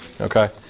Okay